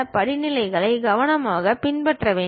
படிநிலையை கவனமாக பின்பற்ற வேண்டும்